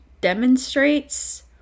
demonstrates